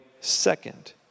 second